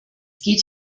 geht